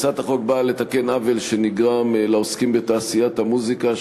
הצעת החוק באה לתקן עוול שנגרם לעוסקים בתעשיית המוזיקה,